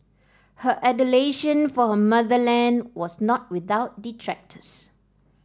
her adulation for her motherland was not without detractors